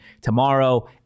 tomorrow